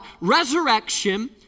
resurrection